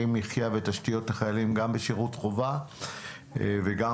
מחייה ותשתיות החיילים בשרות חובה ובמילואים.